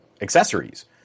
accessories